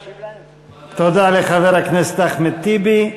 תודה לחבר הכנסת אחמד טיבי.